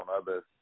others